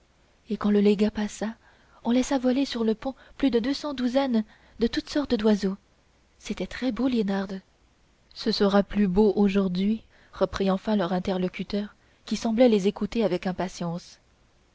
et quand le légat passa on laissa voler sur le pont plus de deux cents douzaines de toutes sortes d'oiseaux c'était très beau liénarde ce sera plus beau aujourd'hui reprit enfin leur interlocuteur qui semblait les écouter avec impatience